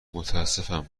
متاسفم